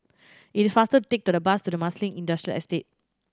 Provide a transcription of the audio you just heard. it is faster take the bus to Marsiling Industrial Estate